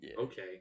Okay